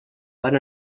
van